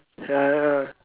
ya ya